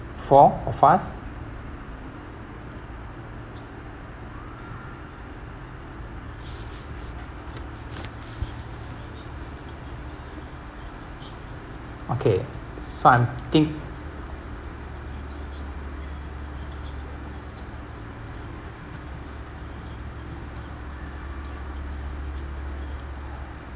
four of us okay so I'm thin~